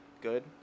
good